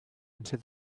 into